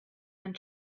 and